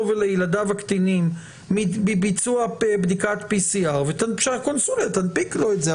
ולילדיו הקטינים מביצוע בדיקת PCR והקונסוליה תנפיק לו את זה.